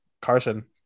Carson